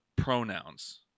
pronouns